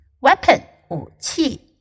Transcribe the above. Weapon,武器